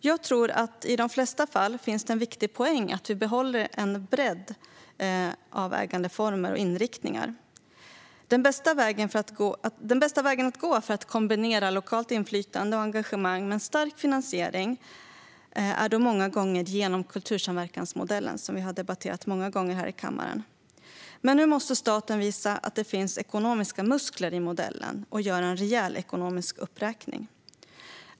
Jag tror att det i de flesta fall finns en viktig poäng i att behålla en bredd i ägandeformer och inriktningar. Den bästa vägen att gå för att kombinera lokalt inflytande och engagemang med en stark finansiering är många gånger genom kultursamverkansmodellen, som vi har debatterat många gånger i kammaren. Nu måste dock staten visa att det finns ekonomiska muskler i modellen och göra en rejäl ekonomisk uppräkning.